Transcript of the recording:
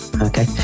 Okay